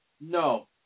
No